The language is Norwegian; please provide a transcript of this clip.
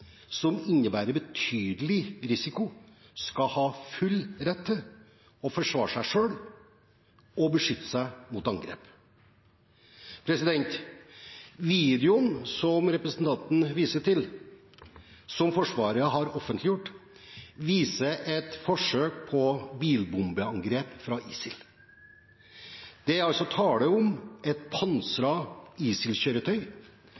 som innebærer betydelig risiko, skal ha full rett til å forsvare seg selv og beskytte seg mot angrep. Videoen som representanten viser til og som Forsvaret har offentliggjort, viser et forsøk på bilbombeangrep fra ISIL. Det er tale om et